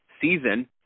season